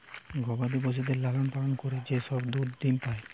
গবাদি পশুদের লালন পালন করে যে সব দুধ ডিম্ পাই